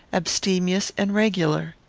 abstemious and regular.